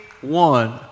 one